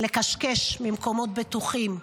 לקשקש ממקומות בטוחים.